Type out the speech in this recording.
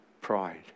pride